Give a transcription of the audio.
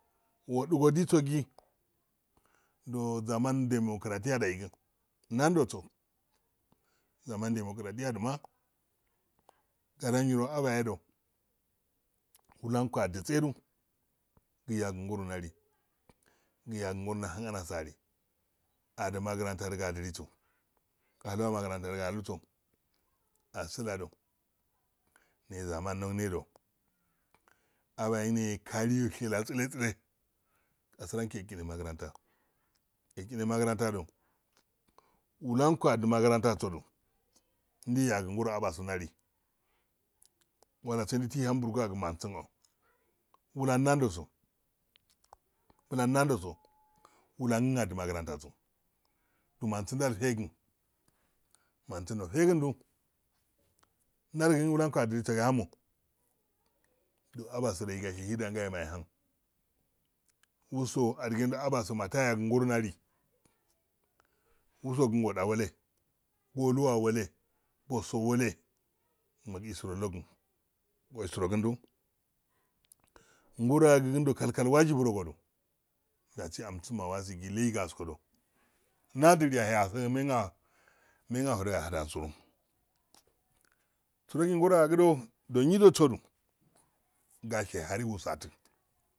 Wodi godi so yi ndo zaman demokra daig nandosodu zaman demokra diyadomah guro nyiro abaye do lanko aditse do yagngora ndali yagi ngoro ndahan ansa ali adi magranta dga udiliso alu amagranta diga aluso asila do nezaman nognedo abayengine eklusiya litseltsiel asirangi eshine magranta eshine magranta da lanko adimagrantado ndiyayi ngoro abanso ndli walla sai ndaiham borgu angoro mansindo uhum nandosodu blannandoso du mansin ndalfegen mansin nofegindu ndalgiyi lanko alliliso lame? Ndo abaso ndaishe ihi dangayama ehan wulso adigendo abaso ndate ndayagi ngoro ndali wulso kin oda wole wolu awole osowole mu isro login o istrogindo ngoro agi kindo kalkal wjib ro udu dasi amsi ma a wasi gi leigaskodo ndalido ndasin gi main a men ahado a idn tsoron tsorogi ngoro agigido wajibusodu gashe aro hari wusati